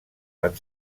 van